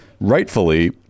rightfully